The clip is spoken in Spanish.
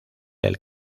del